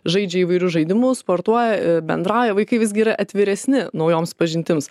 žaidžia įvairius žaidimus sportuoja bendrauja vaikai visgi yra atviresni naujoms pažintims